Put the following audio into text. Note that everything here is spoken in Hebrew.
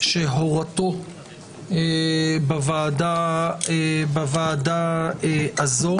שהורתו בוועדה הזאת.